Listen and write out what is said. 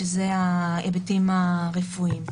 שזה ההיבטים הרפואיים.